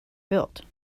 built